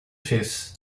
fez